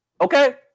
Okay